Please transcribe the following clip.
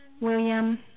William